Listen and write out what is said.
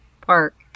Park